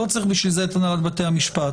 לא צריך בשביל זה את הנהלת בתי המשפט,